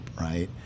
right